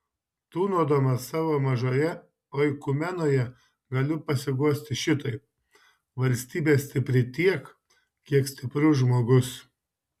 tūnodamas savo mažoje oikumenoje galiu pasiguosti šitaip valstybė stipri tiek kiek stiprus žmogus